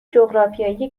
جغرافیایی